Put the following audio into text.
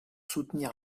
soutenir